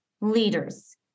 leaders